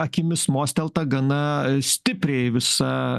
akimis mostelta gana stipriai visa